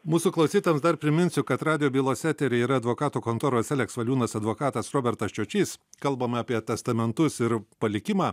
mūsų klausytojams dar priminsiu kad radijo bylos eteryje yra advokatų kontoros eleks valiūnas advokatas robertas čiočys kalbame apie testamentus ir palikimą